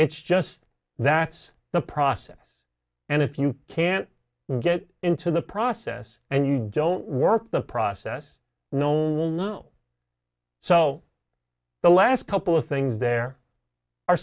it's just that's the process and if you can't get into the process and you don't work the process known well so the last couple of things there are